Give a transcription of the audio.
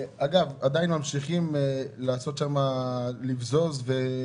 אגב, עדיין ממשיכים לבזוז שם.